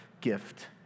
gift